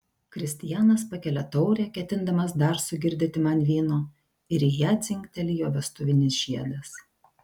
kristijanas pakelia taurę ketindamas dar sugirdyti man vyno ir į ją dzingteli jo vestuvinis žiedas